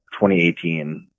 2018